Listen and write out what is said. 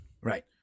Right